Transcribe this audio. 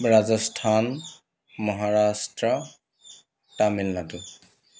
Rajasthan Maharashtra Tamil Nadu